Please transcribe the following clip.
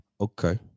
okay